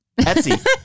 Etsy